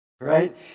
right